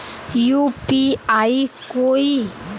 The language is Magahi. यु.पी.आई कोई